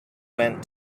went